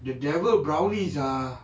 the devil brownies ah